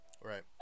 right